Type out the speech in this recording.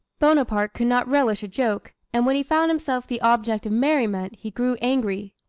bonaparte could not relish a joke and when he found himself the object of merriment he grew angry.